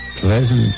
pleasant